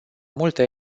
multă